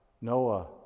noah